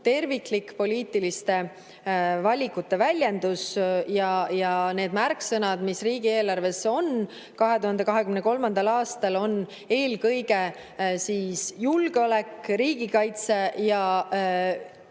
terviklik poliitiliste valikute väljendus. Need märksõnad, mis riigieelarves on 2023. aastal, on eelkõige julgeolek, riigikaitse ja